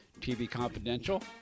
tvconfidential